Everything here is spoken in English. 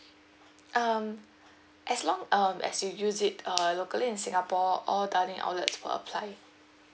um as long um as you use it uh locally in singapore all dining outlets will apply